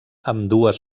ambdues